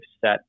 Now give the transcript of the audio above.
set